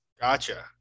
Gotcha